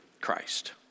Christ